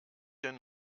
den